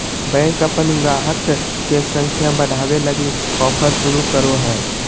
bank अपन गाहक के संख्या बढ़ावे लगी ऑफर शुरू करो हय